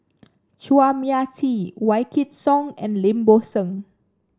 Chua Mia Tee Wykidd Song and Lim Bo Seng